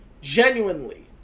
genuinely